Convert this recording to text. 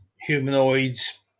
humanoids